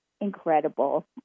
incredible